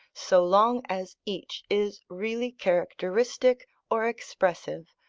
so long as each is really characteristic or expressive,